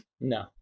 No